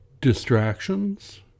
distractions